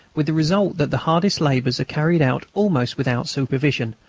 with the result that the hardest labours are carried out almost without supervision,